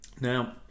now